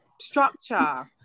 structure